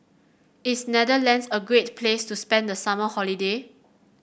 is Netherlands a great place to spend the summer holiday